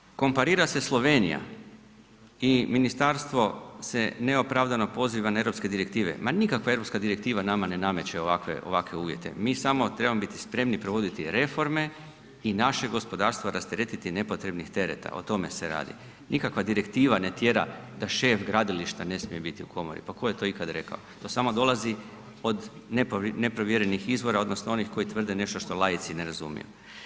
Nadalje, komparira se Slovenija i ministarstvo se ne opravdano poziva na europske direktive, ma nikakva europska direktiva nama ne nameće ovakve, ovakve uvjete, mi samo trebamo biti spremni provoditi reforme i naše gospodarstvo rasteretiti nepotrebnih tereta, o tome se radi, nikakva direktiva ne tjera da šef gradilišta ne smije biti u komori, pa tko je to ikad rekao, to samo dolazi od neprovjerenih izvora odnosno onih koji tvrde nešto što laici ne razumiju.